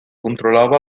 controlava